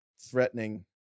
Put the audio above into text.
threatening